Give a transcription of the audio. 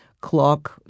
clock